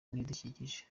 n’ibidukikije